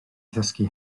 ddysgu